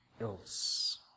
else